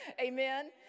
amen